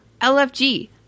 LFG